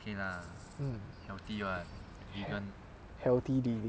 mm healthy living